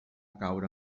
caure